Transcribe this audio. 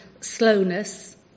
slowness